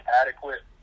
adequate